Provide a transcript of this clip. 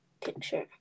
picture